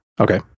Okay